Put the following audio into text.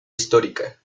histórica